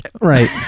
Right